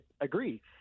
agree